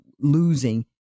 losing